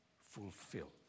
fulfilled